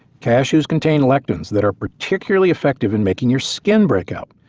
cashews contain lectins that are particularly effective in making your skin break out.